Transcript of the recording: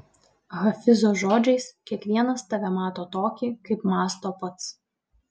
hafizo žodžiais kiekvienas tave mato tokį kaip mąsto pats